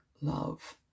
love